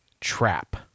trap